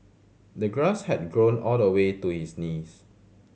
the grass had grown all the way to his knees